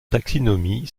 taxinomie